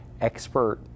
expert